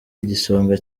igisonga